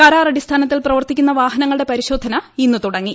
കരാർ അടിസ്ഥാനത്തിൽ പ്രവർത്തിക്കുന്ന വാഹനങ്ങളുടെ പരിശോധന ഇന്ന് തുടങ്ങി